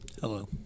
Hello